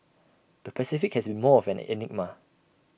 the Pacific has been more of an enigma